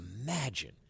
imagine